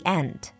end